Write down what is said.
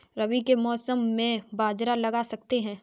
रवि के मौसम में बाजरा लगा सकते हैं?